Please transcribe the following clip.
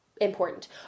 important